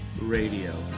Radio